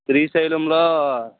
శ్రీశైలంలో